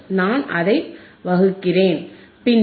நான் அதைப் வகுக்கிறேன் பின்னர் எனக்கு 0